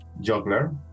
juggler